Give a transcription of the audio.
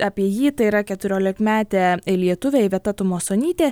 apie jį tai yra keturiolikmetė lietuvė iveta tumasonytė